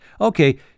Okay